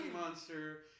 Monster